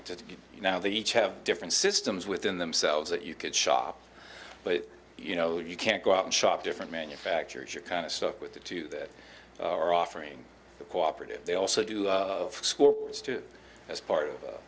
it now they each have different systems within themselves that you could shop but you know you can't go out and shop different manufacturers you're kind of stuck with the two that are offering a cooperative they also do is to as part of